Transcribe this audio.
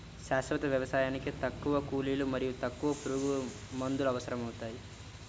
శాశ్వత వ్యవసాయానికి తక్కువ కూలీలు మరియు తక్కువ పురుగుమందులు అవసరమవుతాయి